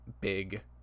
big